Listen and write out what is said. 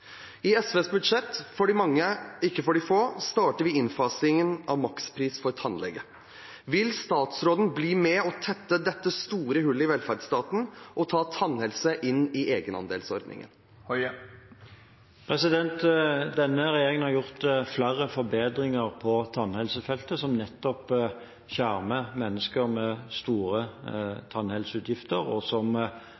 I SVs budsjett – for de mange, ikke for de få – starter vi innfasingen av makspris for tannlege. Vil statsråden bli med og tette dette store hullet i velferdsstaten og ta tannhelse inn i egenandelsordningen? Denne regjeringen har gjort flere forbedringer på tannhelsefeltet som nettopp skjermer mennesker med store